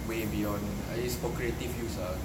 way beyond its for creative use ah